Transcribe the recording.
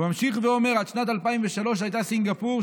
הוא ממשיך ואומר: עד שנת 2003 הייתה סינגפור,